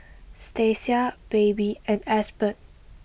Stacia Baby and Aspen